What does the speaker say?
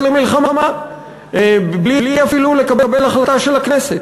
למלחמה אפילו בלי לקבל החלטה של הכנסת.